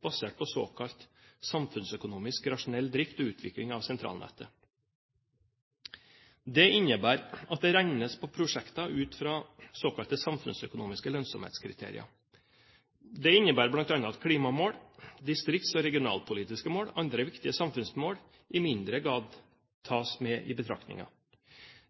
basert på såkalt samfunnsøkonomisk rasjonell drift og utvikling av sentralnettet. Det innebærer at det regnes på prosjekter ut fra såkalte samfunnsøkonomiske lønnsomhetskriterier. Det innebærer bl.a. at klimamål, distrikts- og regionalpolitiske mål og andre viktige samfunnsmål i mindre grad tas med i betraktningen.